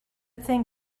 thing